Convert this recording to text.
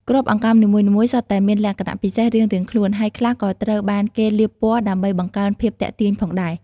គ្រាប់អង្កាំនីមួយៗសុទ្ធតែមានលក្ខណៈពិសេសរៀងៗខ្លួន ហើយខ្លះក៏ត្រូវបានគេលាបពណ៌ដើម្បីបង្កើនភាពទាក់ទាញផងដែរ។